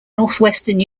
northwestern